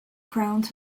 crowns